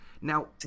Now